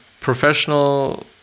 professional